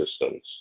systems